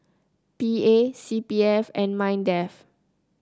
P A C P F and Mindef